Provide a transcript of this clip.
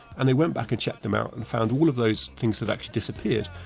and they went back and checked them out and found all of those things had actually disappeared,